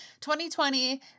2020